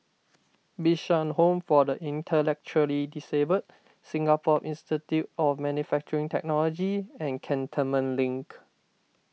Bishan Home for the Intellectually Disabled Singapore Institute of Manufacturing Technology and Cantonment Link